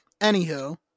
Anywho